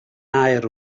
aur